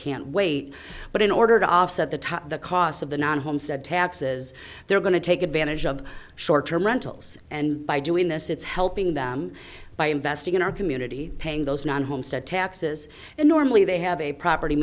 can't wait but in order to offset the costs of the non homestead taxes they're going to take advantage of short term rentals and by doing this it's helping them by investing in our community paying those non homestead taxes and normally they have a property